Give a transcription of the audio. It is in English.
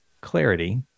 clarity